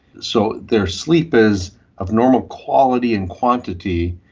so their sleep is of normal quality and quantity,